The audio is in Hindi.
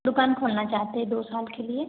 दुकान खोलना चाहते हैं दो साल के लिए